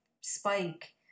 Spike